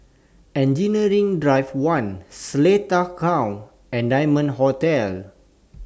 Engineering Drive one Seletar Court and Diamond Hotel